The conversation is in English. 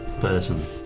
person